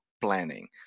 planning